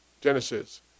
Genesis